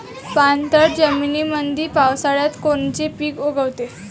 पाणथळ जमीनीमंदी पावसाळ्यात कोनचे पिक उगवते?